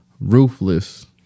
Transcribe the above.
ruthless